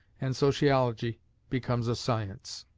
and sociology becomes a science.